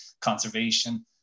conservation